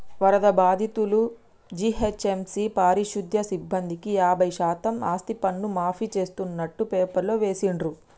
వరద బాధితులు, జీహెచ్ఎంసీ పారిశుధ్య సిబ్బందికి యాభై శాతం ఆస్తిపన్ను మాఫీ చేస్తున్నట్టు పేపర్లో వేసిండ్రు